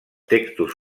textos